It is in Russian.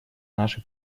наши